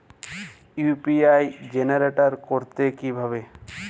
UPI generate করতে হয় কিভাবে?